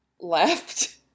left